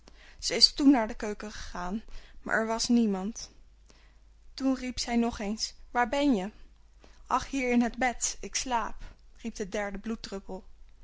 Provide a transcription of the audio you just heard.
ze is toen naar de keuken gegaan maar er was niemand toen riep zij nog eens waar ben je ach hier in het bed ik slaap riep de derde bloeddruppel